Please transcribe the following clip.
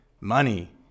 Money